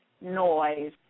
noise